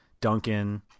Duncan